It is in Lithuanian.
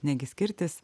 negi skirtis